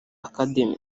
academy